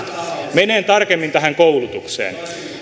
menen tarkemmin tähän koulutukseen